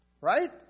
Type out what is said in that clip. right